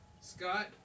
Scott